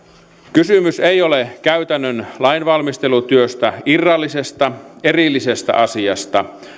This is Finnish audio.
kysymys ei ole käytännön lainvalmistelutyöstä irrallisesta erillisestä asiasta